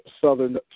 Southern